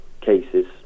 cases